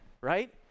right